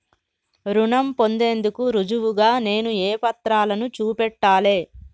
రుణం పొందేందుకు రుజువుగా నేను ఏ పత్రాలను చూపెట్టాలె?